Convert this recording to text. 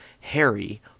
Harry